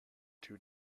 two